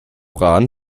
rahn